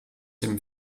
dem